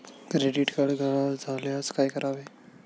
Credit card गहाळ झाल्यास काय करावे?